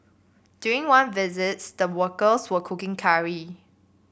during one visit the workers were cooking curry